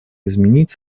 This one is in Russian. изменить